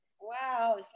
wow